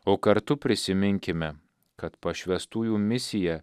o kartu prisiminkime kad pašvęstųjų misija